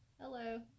Hello